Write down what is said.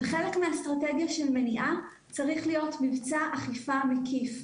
חלק מהאסטרטגיה של מניעה צריך להיות מבצע אכיפה מקיף.